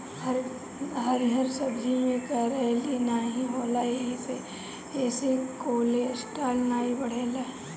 हरिहर सब्जी में कैलोरी नाही होला एही से एसे कोलेस्ट्राल नाई बढ़ेला